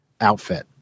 outfit